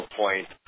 point